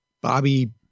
Bobby